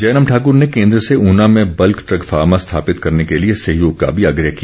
जयराम ठाकर ने केन्द्र से ऊना में बल्क ड्रग फार्मा स्थापित करने के लिए सहयोग का भी आग्रह किया